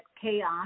chaos